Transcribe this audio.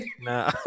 No